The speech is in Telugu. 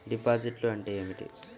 డిపాజిట్లు అంటే ఏమిటి?